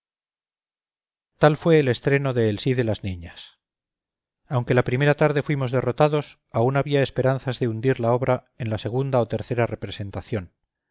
tal fue el estreno de el sí de las niñas aunque la primera tarde fuimos derrotados aún había esperanzas de hundir la obra en la segunda o tercera representación